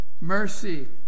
mercy